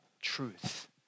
truth